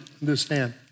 understand